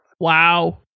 Wow